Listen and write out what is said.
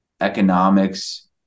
economics